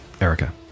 Erica